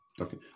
Okay